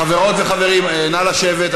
חברות וחברים, נא לשבת.